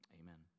amen